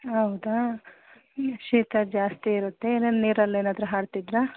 ಹೌದಾ ಹ್ಞೂ ಶೀತ ಜಾಸ್ತಿ ಇರುತ್ತೆ ಇಲ್ಲ ನೀರಲ್ಲೇನಾದರೂ ಆಡ್ತಿದ್ರಾ